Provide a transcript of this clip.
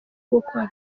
gukora